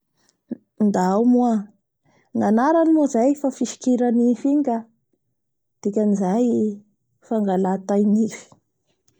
Ndao moa ny arany moa zay fa fisokira nify igny ka dikan'izay fangala tainify.